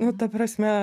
nu ta prasme